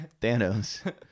Thanos